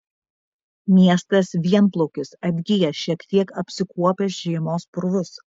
miestas vienplaukis atgijęs šiek tiek apsikuopęs žiemos purvus